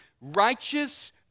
righteous